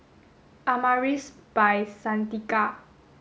Amaris By Santika